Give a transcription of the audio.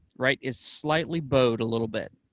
right, is slightly bowed a little bit,